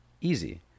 Easy